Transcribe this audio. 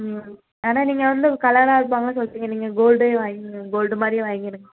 ம் ஆனால் நீங்கள் வந்து கலராக இருப்பாங்கன்னு சொல்லிட்டீங்க நீங்கள் கோல்டே வாங்கிக்கோங்க கோல்டு மாதிரியே வாங்கிடுங்க